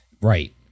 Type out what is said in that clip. Right